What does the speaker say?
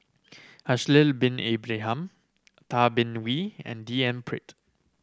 Haslir Bin Ibrahim Tay Bin Wee and D N Pritt